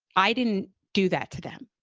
i didn't do that to them